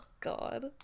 God